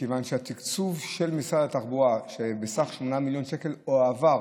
מכיוון שהתקצוב של משרד התחבורה בסך 8 מיליון שקל הועבר